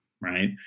right